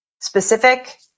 specific